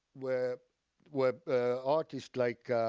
where where artists like,